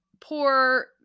poor